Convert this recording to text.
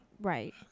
Right